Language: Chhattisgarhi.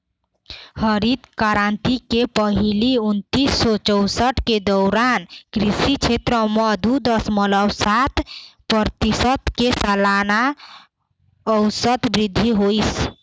हरित करांति के पहिली उन्नीस सौ चउसठ के दउरान कृषि छेत्र म दू दसमलव सात परतिसत के सलाना अउसत बृद्धि होइस